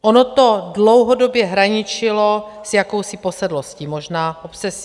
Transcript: Ono to dlouhodobě hraničilo s jakousi posedlostí, možná obsesí.